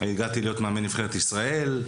הגעתי להיות מאמן נבחרת ישראל,